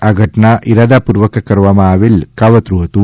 આ ઘટના ઇરાદા પૂર્વક કરવામાં આવેલ કાવતરુ હતું